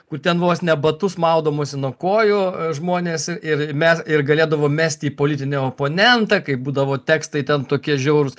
kur ten vos ne batus maudamosi nuo kojų žmonės ir me ir galėdavo mesti į politinį oponentą kaip būdavo tekstai ten tokie žiaurūs